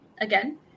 again